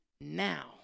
now